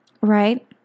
right